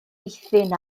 eithin